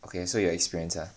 okay so you're experienced ah